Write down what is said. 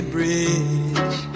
Bridge